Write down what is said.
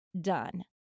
done